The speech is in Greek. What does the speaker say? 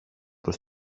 προς